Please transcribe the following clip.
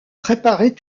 préparaient